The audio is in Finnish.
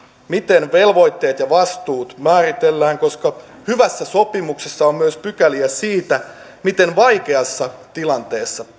miten velvoitteet ja vastuut määritellään koska hyvässä sopimuksessa on myös pykäliä siitä miten vaikeassa tilanteessa